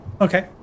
Okay